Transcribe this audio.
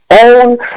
own